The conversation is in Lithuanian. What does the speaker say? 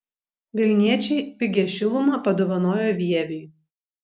vilniečiai pigią šilumą padovanojo vieviui